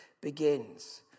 begins